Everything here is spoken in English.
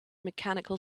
mechanical